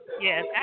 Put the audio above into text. Yes